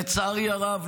לצערי הרב,